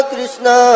Krishna